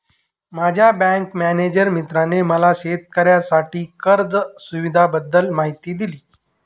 माझ्या bank manager मित्राने मला शेतकऱ्यांसाठी कर्ज सुविधांबद्दल माहिती दिली